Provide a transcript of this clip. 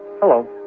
Hello